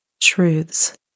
truths